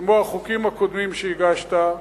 כמו החוקים הקודמים שהגשת,